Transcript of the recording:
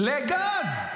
לגז,